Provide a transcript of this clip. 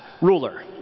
ruler